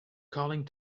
calling